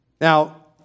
Now